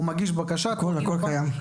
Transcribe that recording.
הוא מגיש בקשה --- הכל קיים.